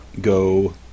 go